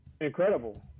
incredible